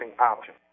option